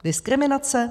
Diskriminace?